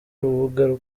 urubuga